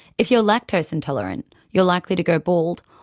if you are lactose intolerant, you're likely to go bald,